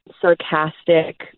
sarcastic